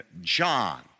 John